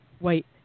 Wait